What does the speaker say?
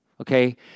okay